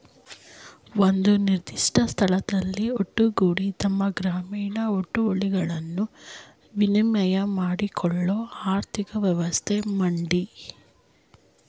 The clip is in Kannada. ಒಂದು ನಿರ್ದಿಷ್ಟ ಸ್ಥಳದಲ್ಲಿ ಒಟ್ಟುಗೂಡಿ ತಮ್ಮ ಗ್ರಾಮೀಣ ಹುಟ್ಟುವಳಿಗಳನ್ನು ವಿನಿಮಯ ಮಾಡ್ಕೊಳ್ಳೋ ಆರ್ಥಿಕ ವ್ಯವಸ್ಥೆ ಮಂಡಿ